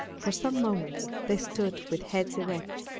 for some moments they stood with heads erect,